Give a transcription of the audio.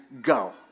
go